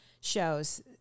shows